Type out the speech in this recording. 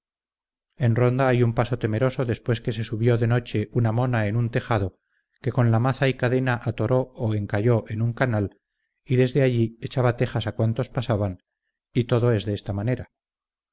en ronda hay un paso temeroso después que se subió de noche una mona en un tejado que con la maza y cadena atoró o encalló en una canal y desde allí echaba tejas a cuantos pasaban y todo es de esta manera